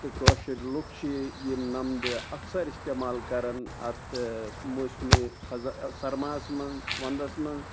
تہٕ کٲشِرۍ لُکھ چھِ یہِ نَمدٕ اکثر استعمال کَران اَتھ موسمہِ خَزاں سَرماہَس منٛز وَندَس منٛز